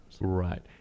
Right